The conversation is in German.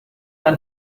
ein